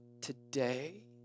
today